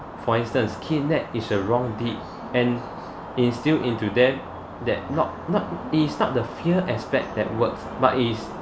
for instance kidnap is a wrong deeds and instil into them that not not it is start the fear aspect that works but is